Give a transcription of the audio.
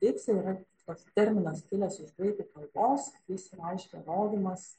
deiksė yra toks terminas kilęs iš graikų kalbos jis reiškia rodymas